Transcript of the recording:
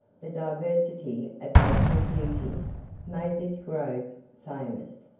the diversity of natural beauties made this grove famous,